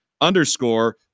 underscore